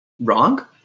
Wrong